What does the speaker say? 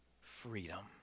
freedom